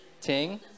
Ting